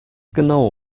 genau